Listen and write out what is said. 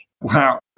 Wow